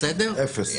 אפס.